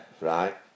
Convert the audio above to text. Right